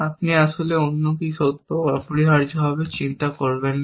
আপনি আসলে অন্য কি সত্য অপরিহার্যভাবে চিন্তা করবেন না